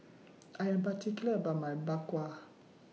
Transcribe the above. I Am particular about My Bak Kwa